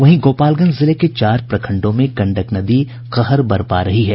वहीं गोपालगंज जिले के चार प्रखंडों में गंडक नदी कहर बरपा रही है